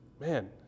Man